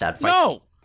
No